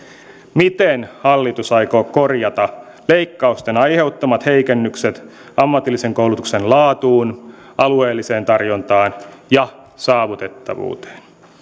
miten hallitus aikoo korjata leikkausten aiheuttamat heikennykset ammatillisen koulutuksen laatuun alueelliseen tarjontaan ja saavutettavuuteen